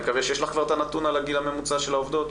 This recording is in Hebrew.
אני מקווה שיש לך כבר את הנתון על הגיל הממוצע של העובדות.